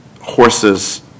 horses